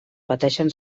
pateixen